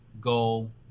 goal